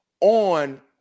on